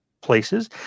places